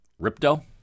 Ripto